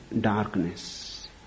darkness